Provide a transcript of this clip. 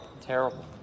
terrible